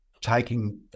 taking